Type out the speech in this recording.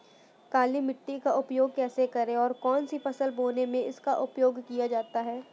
काली मिट्टी का उपयोग कैसे करें और कौन सी फसल बोने में इसका उपयोग किया जाता है?